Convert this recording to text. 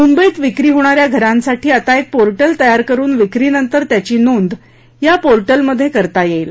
मुंबईत विक्री होणा या घरांसाठी आता एक पोर्टल तयार करुन विक्रीनंतर त्याची नोंद या पोर्टलध्ये करता येईल